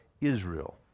Israel